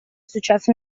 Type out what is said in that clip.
successo